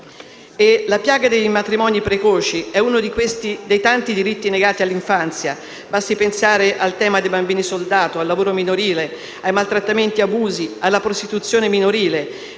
La piaga dei matrimoni precoci è uno dei tanti diritti negati all'infanzia. Basti pensare al tema dei bambini soldato, al lavoro minorile, ai maltrattamenti, agli abusi, alla prostituzione minorile.